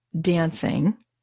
dancing